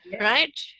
right